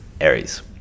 Aries